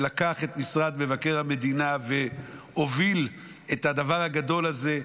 שלקח את משרד מבקר המדינה והוביל את הדבר הגדול הזה,